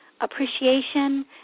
appreciation